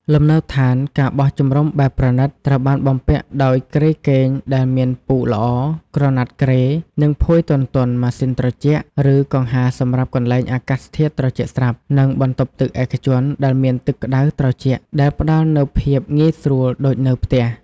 លំនៅដ្ឋាន ការបោះជំរំបែបប្រណីត ត្រូវបានបំពាក់ដោយគ្រែគេងដែលមានពូកល្អ ក្រណាត់គ្រែ និងភួយទន់ៗ ម៉ាស៊ីនត្រជាក់ (ឬកង្ហារសម្រាប់កន្លែងអាកាសធាតុត្រជាក់ស្រាប់) និងបន្ទប់ទឹកឯកជនដែលមានទឹកក្តៅត្រជាក់ ដែលផ្តល់នូវភាពងាយស្រួលដូចនៅផ្ទះ។